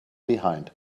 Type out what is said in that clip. behind